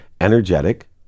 energetic